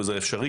וזה אפשרי,